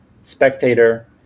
Spectator